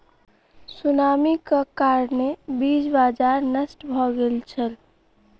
सुनामीक कारणेँ बीज बाजार नष्ट भ गेल छल